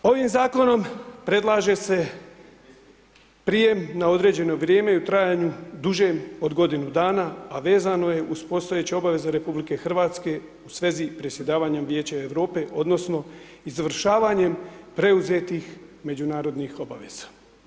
Ovim zakonom, predlaže se, prijem na određeno vrijeme i u trajanju dužem od godinu dana, a vezano je uz postojeće obveze RH, u svezi predsjedavanje Vijećem Europe, odnosno, izvršavanjem preuzetih međunarodnih obaveza.